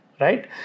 Right